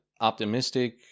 optimistic